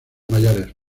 mayores